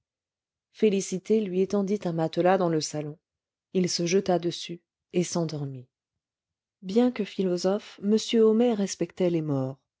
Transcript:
félicité lui étendit un matelas dans le salon il se jeta dessus et s'endormit bien que philosophe m homais respectait les morts